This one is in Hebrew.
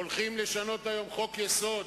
הולכים לשנות היום חוק-יסוד.